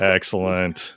Excellent